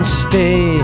stay